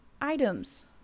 items